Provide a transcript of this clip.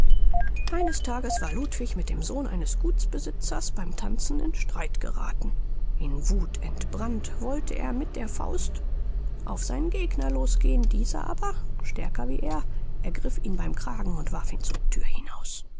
eines tages war ludwig mit dem sohn eines gutsbesitzers beim tanzen in streit gerathen in wuth entbrannt wollte er mit der faust auf seinen gegner losgehen dieser aber stärker wie er ergriff ihn beim kragen und warf ihn zur thür hinaus